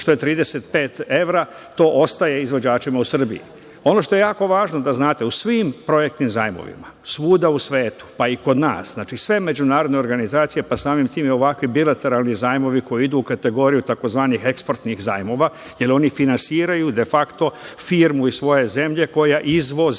što je 35 evra, to ostaje izvođačima u Srbiji. Ono što je jako važno da znate u svim projektnim zajmovima svuda u svetu pa i kod nas, znači sve međunarodne organizacije pa samim tim i ovakvi bilateralni zajmovi koji idu u kategoriju tzv. eksportnih zajmova, jer oni finansiraju de fakto firmu iz svoje zemlje koja izvodi